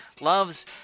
loves